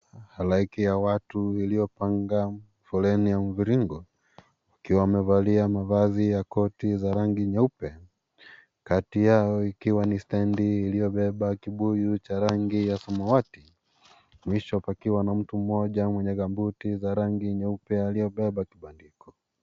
Halaiki ya watu iliyopanga foleni ya mviringo ukiwa umevalia mavazi ya koti za rangi nyeupe kati yao ikiwa ni stendi iliyobeba kibuyu cha rangi ya samawati mwisho pakakiwa na mtu mmoja mwenye gamboti za rangi nyeupe aliyobeba kibandiko.